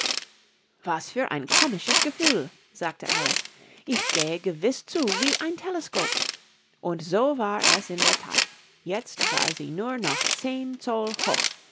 was für ein komisches gefühl sagte alice ich gehe gewiß zu wie ein teleskop und so war es in der that jetzt war sie nur noch zehn zoll hoch